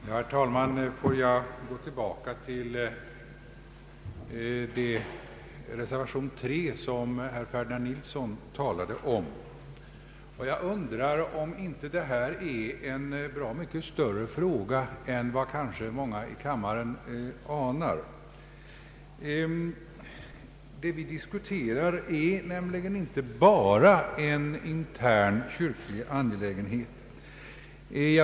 Herr talman! Får jag gå tillbaka till reservationen III som herr Ferdinand Nilsson talade om. Jag undrar om inte detta är en bra mycket större fråga än vad många av kammarens ledamöter anar. Det vi diskuterar är nämligen inte bara en intern kyrklig angelägenhet.